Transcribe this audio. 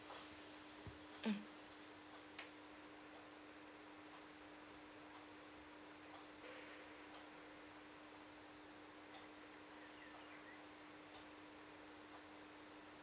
mm